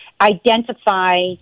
identify